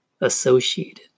associated